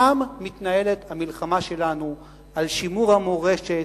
שם מתנהלת המלחמה שלנו על שימור המורשת,